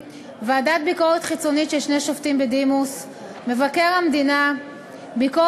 וצריך לזכור שזה צעד ראשון מבין צעדים נוספים שיצטרכו